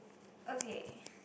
okay